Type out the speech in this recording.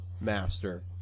Master